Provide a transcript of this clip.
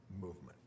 movement